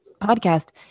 podcast